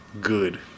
Good